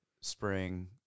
spring